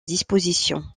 disposition